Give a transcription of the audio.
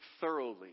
thoroughly